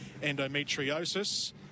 endometriosis